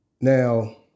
Now